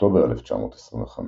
באוקטובר 1925